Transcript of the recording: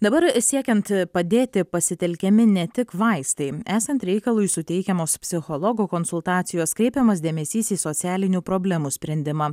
dabar siekiant padėti pasitelkiami ne tik vaistai esant reikalui suteikiamos psichologo konsultacijos kreipiamas dėmesys į socialinių problemų sprendimą